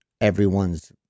everyone's